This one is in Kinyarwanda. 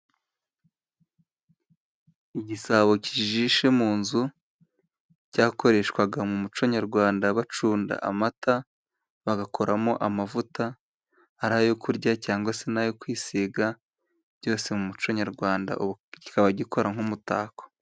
Igisabo kijishe mu nzu cyakoreshwaga mu muco nyarwanda bacunda amata bagakoramo amavuta ari ayo kurya cyangwa se n'ayo kwisiga byose mu muco nyarwanda ubu kikaba gikora nk'umutako.